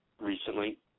recently